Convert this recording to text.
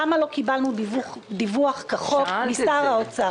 למה לא קיבלנו דיווח כחוק משר האוצר.